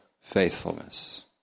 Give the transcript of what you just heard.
faithfulness